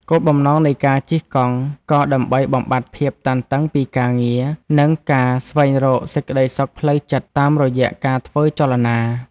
គោលបំណងនៃការជិះកង់ក៏ដើម្បីបំបាត់ភាពតានតឹងពីការងារ និងការស្វែងរកសេចក្ដីសុខផ្លូវចិត្តតាមរយៈការធ្វើចលនា។